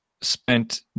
spent